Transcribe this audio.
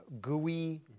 gooey